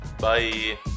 Bye